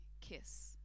kiss